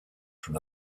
from